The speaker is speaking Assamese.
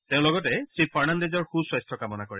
তেওঁ লগতে শ্ৰী ফাৰ্ণাণ্ডেজৰ সুস্বাস্য কামনা কৰে